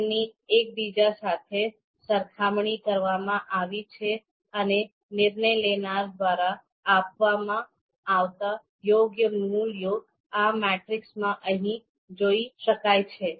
તેમની એકબીજા સાથે સરખામણી કરવામાં આવી છે અને નિર્ણય લેનાર દ્વારા આપવામાં આવતા યોગ્ય મૂલ્યો આ મેટ્રિક્સમાં અહીં જોઇ શકાય છે